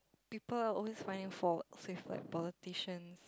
people are always finding fault in politicians